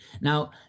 Now